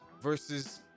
versus